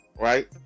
right